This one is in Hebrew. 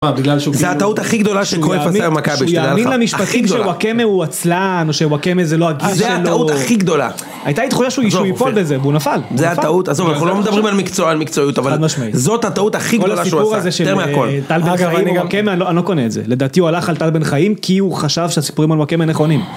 בגלל שהוא.. הוא יאמין. שהוא יאמין למשפטים שואקמה, הוא עצלן, או שואקמה זה לא ה.. זה הטעות הכי גדולה. הייתה לי תחושהשהוא יפול בזה, והוא נפל. זה הטעות, עזוב, אנחנו לא מדברים על מקצוען, מקצועיות, אבל.. חד משמעית. זאת הטעות הכי גדולה שהוא עשה. יותר מהכל. כל הסיפור הזה על טל בן חיים וואקמה.. אני לא קונה את זה. לדעתי הוא הלך על טל בן חיים כי הוא חשב שהסיפורים על ואקמה נכונים.